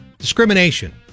Discrimination